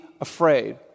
afraid